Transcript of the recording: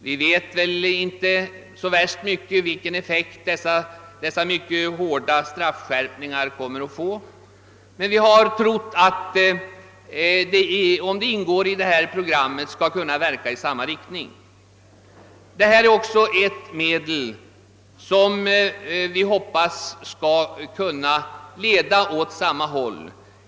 Vi vet väl inte så värst mycket om vilken effekt dessa mycket hårda straffskärpningar kommer att få, men vi har trott att dessa åtgärder, om de ingår i ett program, skall kunna verka i samma riktning.